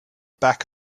back